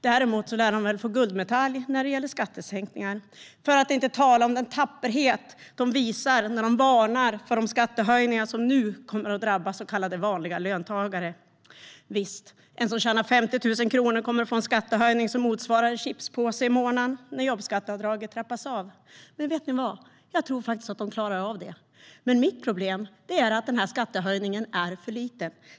Däremot lär väl borgarna få guldmedalj när det gäller skattesänkningar, för att inte tala om den tapperhet de visar när de varnar för de skattehöjningar som nu kommer att drabba så kallade vanliga löntagare. Visst, de som tjänar 50 000 kronor i månaden kommer att få en skattehöjning som motsvarar en chipspåse i månaden när jobbskatteavdraget trappas av. Men vet ni vad? Jag tror faktiskt att de klarar av det. Mitt problem är att den här skattehöjningen är för liten.